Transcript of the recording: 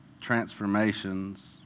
transformations